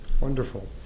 Wonderful